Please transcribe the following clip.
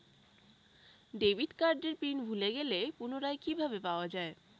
Debit কার্ডের pin ভুলে গেলে পুনরায় কিভাবে পাওয়া য়ায়?